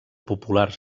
populars